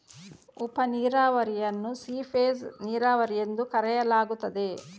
ಉಪ ನೀರಾವರಿಯನ್ನು ಸೀಪೇಜ್ ನೀರಾವರಿ ಎಂದೂ ಕರೆಯಲಾಗುತ್ತದೆ